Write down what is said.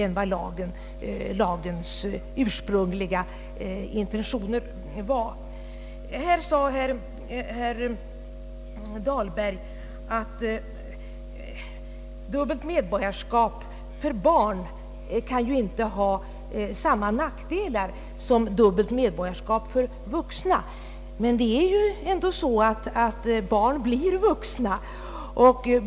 Herr Dahlberg framhöll, att dubbeit medborgarskap för barn inte behövde ha samma nackdelar som dubbelt medborgarskap för vuxna. Men barn blir vuxna.